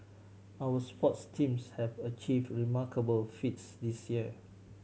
our sports teams have achieved remarkable feats this year